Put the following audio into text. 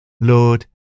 Lord